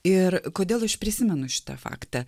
ir kodėl aš prisimenu šitą faktą